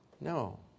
No